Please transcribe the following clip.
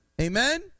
Amen